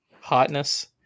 hotness